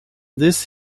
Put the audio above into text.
this